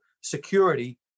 security